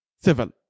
civil